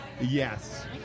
yes